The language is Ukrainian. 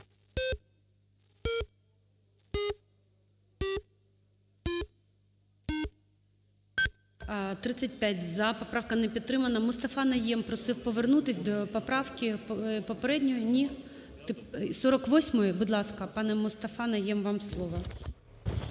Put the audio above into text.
За-35 Поправка не підтримана. МустафаНайєм просив повернутись до поправки попередньо? Ні? 48-ї? Будь ласка, пане МустафаНайєм, вам слово.